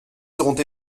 seront